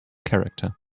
character